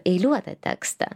eiliuotą tekstą